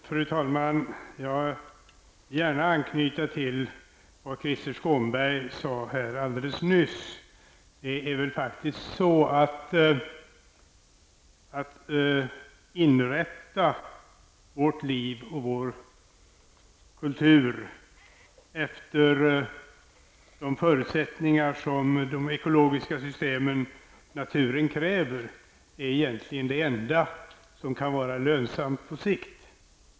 Fru talman! Jag vill gärna ansluta mig till det som Krister Skånberg sade här alldeles nyss. Att inrätta vårt liv och vår kultur efter de förutsättningar som de ekologiska systemen och naturen kräver är egentligen det enda som kan vara lönsamt på sikt.